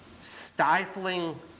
stifling